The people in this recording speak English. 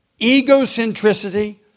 Egocentricity